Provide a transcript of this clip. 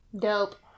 Dope